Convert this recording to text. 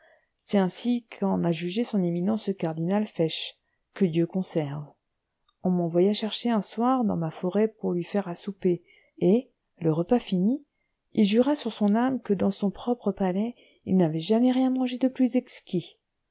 c'est ainsi qu'en a jugé son éminence le cardinal fesch que dieu conserve on m'envoya chercher un soir dans ma forêt pour lui faire à souper et le repas fini il jura sur son âme que dans son propre palais il n'avait jamais rien mangé de plus exquis